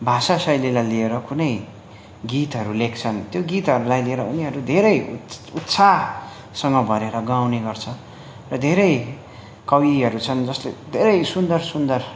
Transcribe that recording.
भाषाशैलीलाई लिएर कुनै गीतहरू लेख्छन् त्यो गीतहरूलाई लिएर उनीहरू धेरै उत् उत्साहसँग भरेर गाउने गर्छ र धेरै कविहरू छन् जसले धेरै सुन्दर सुन्दर